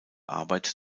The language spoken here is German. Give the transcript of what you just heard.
arbeit